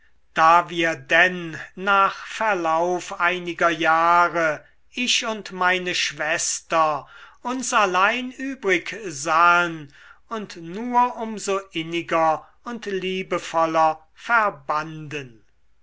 da wir denn nach verlauf einiger jahre ich und meine schwester uns allein übrig sahen und nur um so inniger und liebevoller verbanden